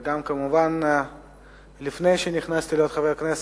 וגם כמובן לפני שנהייתי חבר כנסת,